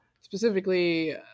specifically